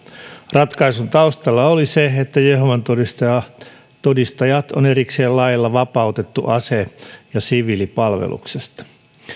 ratkaisun taustalla oli se että jehovan todistajat todistajat on erikseen lailla vapautettu ase ja siviilipalveluksesta